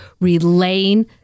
relaying